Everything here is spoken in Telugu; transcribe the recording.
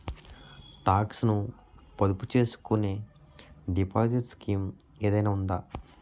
టాక్స్ ను పొదుపు చేసుకునే డిపాజిట్ స్కీం ఏదైనా ఉందా?